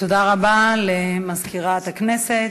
תודה רבה למזכירת הכנסת.